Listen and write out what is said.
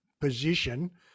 position